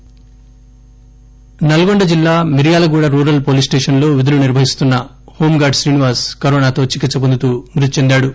నల్గొండ నల్గొండ జిల్లా Miryalaguda rural police స్టేషన్లో విధులు నిర్వహిస్తున్న హోంగార్డ్ శ్రీనివాస్ కరోనాతో చికిత్స పొందుతూ మృతి చెందారు